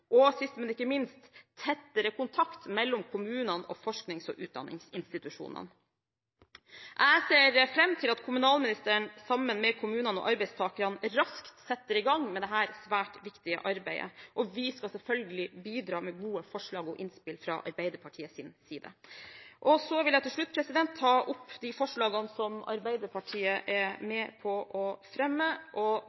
kontakt mellom kommunene og forsknings- og utdanningsinstitusjonene Jeg ser fram til at kommunalministeren sammen med kommunene og arbeidstakerne raskt setter i gang med dette svært viktige arbeidet. Vi skal selvfølgelig bidra med gode forslag og innspill fra Arbeiderpartiets side. Så vil jeg til slutt ta opp de forslagene som Arbeiderpartiet er